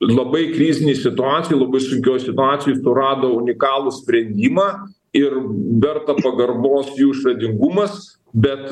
labai krizinėj situacijoj labai sunkioj situacijoj surado unikalų sprendimą ir be pagarbos jų išradingumas bet